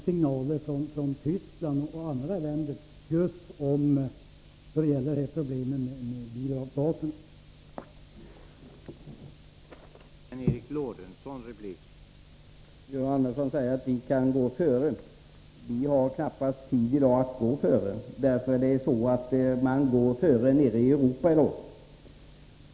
Signalerna från Västtyskland och andra länder när det gäller just problemet med bilavgaserna har redan omtalats.